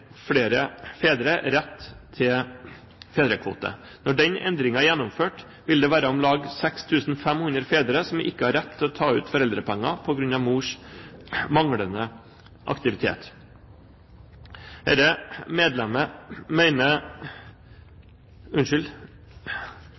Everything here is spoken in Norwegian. flere fedre rett til fedrekvote. Når den endringen er gjennomført, vil det være om lag 6 500 fedre som ikke har rett til å ta ut foreldrepenger på grunn av mors manglende